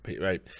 Right